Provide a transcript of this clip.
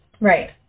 Right